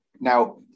Now